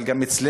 אבל גם אצלנו,